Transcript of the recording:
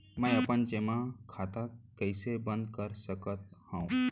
मै अपन जेमा खाता कइसे बन्द कर सकत हओं?